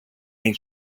and